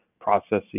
processing